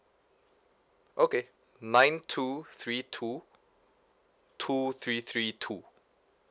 okay nine two three two two three three two